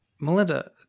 Melinda